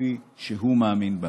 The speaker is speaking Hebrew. כפי שהוא מאמין בה.